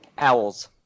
Owls